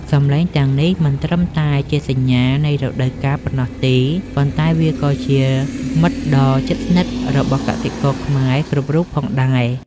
សំឡេងទាំងនេះមិនត្រឹមតែជាសញ្ញានៃរដូវកាលប៉ុណ្ណោះទេ ប៉ុន្តែវាក៏ជាមិត្តដ៏ជិតស្និទ្ធរបស់កសិករខ្មែរគ្រប់រូបផងដែរ។